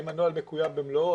האם הנוהל מקוים במלואו,